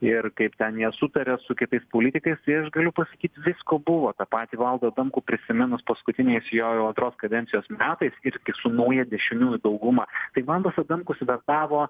ir kaip ten jie sutarė su kitais politikais tai aš galiu pasakyt visko buvo tą patį valdą adamkų prisiminus paskutiniais jo jau antros kadencijos metais irgi su nauja dešiniųjų dauguma tai valdas adamkus vetavo